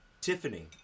Tiffany